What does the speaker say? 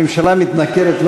הממשלה מתנכרת,